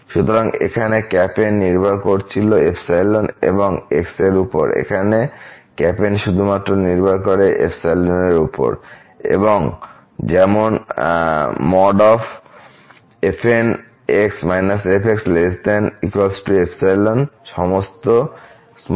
সুতরাং এখানে N নির্ভর করছিল এবং x এর উপর এখানে N শুধুমাত্র নির্ভর করে এর উপর এবং যেমন fnx fxϵ সমস্ত n≥Nϵ এর জন্য এবং x∈ a b